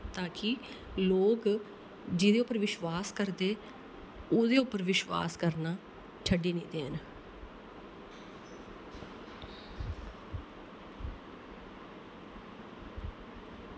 ताकि लोग जेह्दे उप्पर विश्वास करदे ओह्दे उप्पर विश्वास करना छड्ढी निं देन